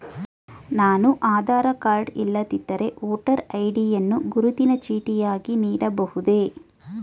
ನಾನು ಆಧಾರ ಕಾರ್ಡ್ ಇಲ್ಲದಿದ್ದರೆ voter ID ಯನ್ನು ಗುರುತಿನ ಚೀಟಿಯಾಗಿ ನೀಡಬಹುದೇ?